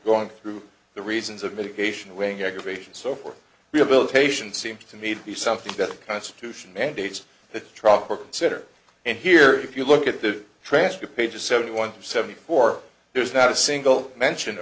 going through the reasons of mitigation weighing aggravation so for rehabilitation seems to me to be something that the constitution mandates that trucker consider and here if you look at the trash to page seventy one seventy four there's not a single mention